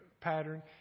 pattern